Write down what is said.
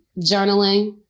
Journaling